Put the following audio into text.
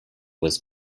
was